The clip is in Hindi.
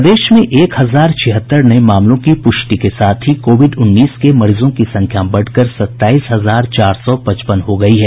प्रदेश में एक हजार छिहत्तर नये मामलों की पुष्टि के साथ ही कोविड उन्नीस के मरीजों की संख्या बढ़कर सताईस हजार चार सौ पचपन हो गयी है